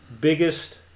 Biggest